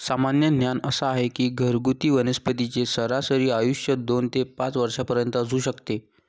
सामान्य ज्ञान असा आहे की घरगुती वनस्पतींचे सरासरी आयुष्य दोन ते पाच वर्षांपर्यंत असू शकते